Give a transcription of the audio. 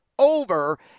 over